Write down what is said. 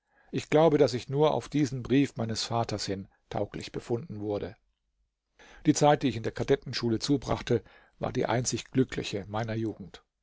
ich glaube daß ich nur auf diesen brief meines vaters hin tauglich befunden wurde die zeit die ich in der kadettenschule zubrachte war die einzig glückliche meiner jugend